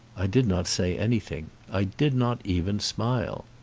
i did not say anything. i did not even smile.